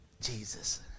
Jesus